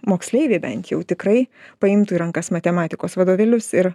moksleiviai bent jau tikrai paimtų į rankas matematikos vadovėlius ir